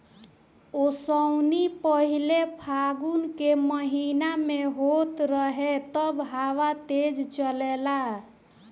ओसौनी पहिले फागुन के महीना में होत रहे तब हवा तेज़ चलेला